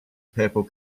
purple